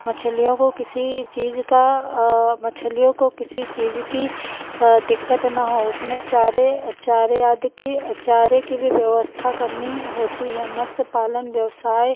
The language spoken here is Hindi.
मछलियों को किसी चीज का मछलियों को किसी चीज की दिक्कत न हो उसमें चारे चारे अदि की चारे की भी व्यवस्था करनी होती है मत्स्य पालन व्यवसाय